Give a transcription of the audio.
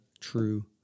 true